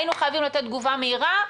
היינו חייבים לתת תגובה מהירה,